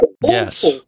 yes